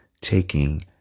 taking